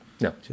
No